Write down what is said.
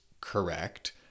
correct